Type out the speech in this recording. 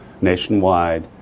nationwide